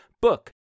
book